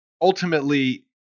ultimately